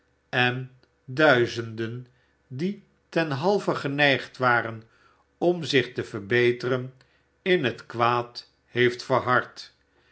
en tiuizenden die ten halve geneigd waren om zich te verbeteren in het kwaad heeft verhard